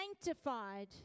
sanctified